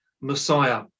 Messiah